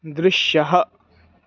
दृश्यः